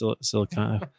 Silicon